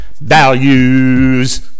Values